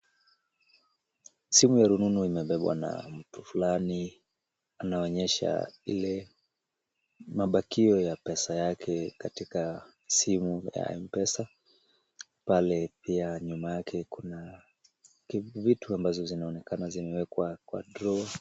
Simu ya rununu imebebwa na mtu fulani, anaonyesha ile mabakio ya pesa yake katika simu ya mpesa. Pale pia nyuma yake kuna vitu ambazo zinaonekana zimewekwa kwa draw .